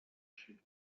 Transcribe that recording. sheep